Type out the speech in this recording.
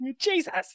jesus